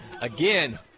Again